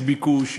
יש ביקוש,